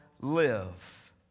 live